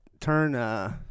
Turn